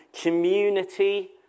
community